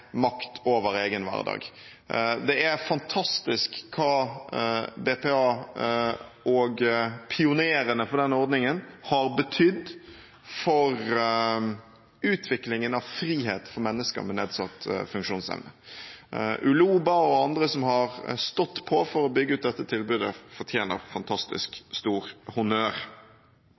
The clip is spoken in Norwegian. makt over egen hverdag. Det er fantastisk hva BPA og pionerene for den ordningen har betydd for utviklingen av frihet for mennesker med nedsatt funksjonsevne. Uloba og andre som har stått på for å bygge ut dette tilbudet, fortjener fantastisk stor honnør.